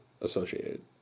associated